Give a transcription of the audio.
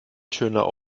schöner